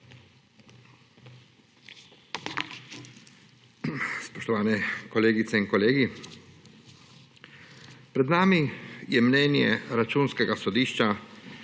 Spoštovani kolegice in kolegi! Pred nami je mnenje Računskega sodišča,